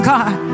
God